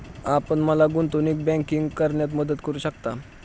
आपण मला गुंतवणूक बँकिंग करण्यात मदत करू शकता?